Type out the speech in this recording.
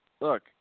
look